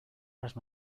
las